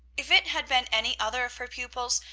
if it had been any other of her pupils,